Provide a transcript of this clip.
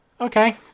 Okay